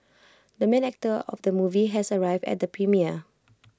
the main actor of the movie has arrived at the premiere